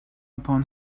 upon